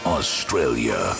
Australia